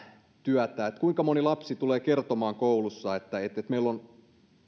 työtä kuinka moni lapsi tulee kertomaan koulussa että meillä